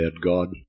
God